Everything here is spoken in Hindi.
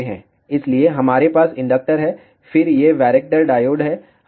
इसलिए हमारे पास इंडक्टर है और फिर ये वैरेक्टर डायोड हैं